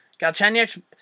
Galchenyuk